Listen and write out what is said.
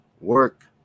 work